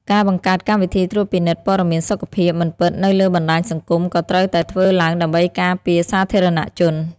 ការបង្កើតកម្មវិធីត្រួតពិនិត្យព័ត៌មានសុខភាពមិនពិតនៅលើបណ្តាញសង្គមក៏ត្រូវតែធ្វើឡើងដើម្បីការពារសាធារណជន។